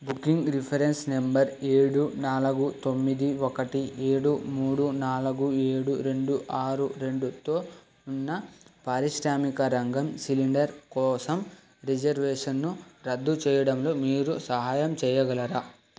booking reference number ఏడు నాలుగు తొమ్మిది ఒకటి ఏడు మూడు నాలుగు ఏడు రెండు ఆరు రెండుతో ఉన్న పారిశ్రామిక రంగం సిలిండర్ కోసం రిజర్వేషన్ను రద్దు చెయ్యడంలో మీరు సహాయం చెయ్యగలరా